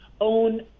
own